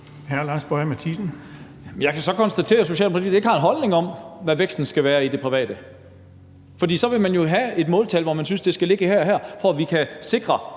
Jeg kan så konstatere, at Socialdemokratiet ikke har en holdning til, hvad væksten skal være i det private, for ellers ville man jo have et måltal, som man synes det skal ligge på, for at vi kan sikre